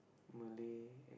Malay